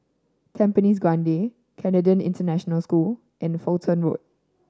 Tampines Grande Canadian International School and Fulton Road